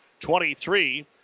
23